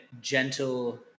gentle